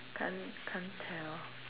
can't can't tell